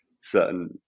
certain